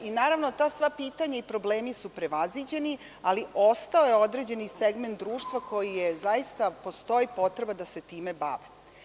Naravno, sva ta pitanja i problemi su prevaziđeni, ali ostao je određeni segment društva za koji postoji potreba da se time bave.